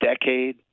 decade